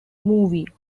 movie